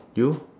you